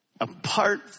apart